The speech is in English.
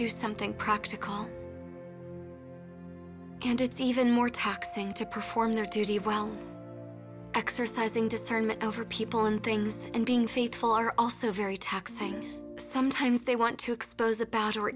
to something practical and it's even more taxing to perform their duty of well exercising discernment over people and things and being faithful are also very taxing sometimes they want to expose about or